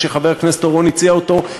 כשחבר הכנסת אורון הציע אותו,